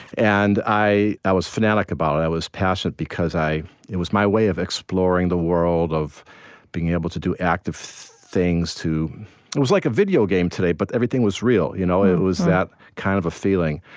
and i i was fanatic about it. i was passionate because it was my way of exploring the world of being able to do active things to it was like a video game today, but everything was real. you know it was that kind of a feeling.